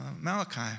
Malachi